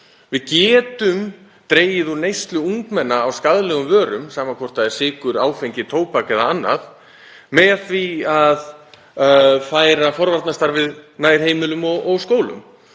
Við getum dregið úr neyslu ungmenna á skaðlegum vörum, sama hvort það er sykur, áfengi, tóbak eða annað, með því að færa forvarnastarfið nær heimilum og skólum.